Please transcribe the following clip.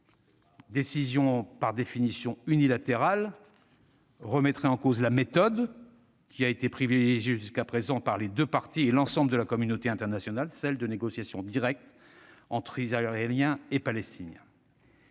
décision par définition unilatérale, remettrait également en cause la méthode qui a été privilégiée jusqu'à présent par les deux parties et l'ensemble de la communauté internationale, celle des négociations directes entre Israéliens et Palestiniens.